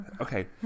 okay